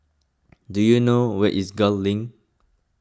do you know where is Gul Link